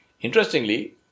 Interestingly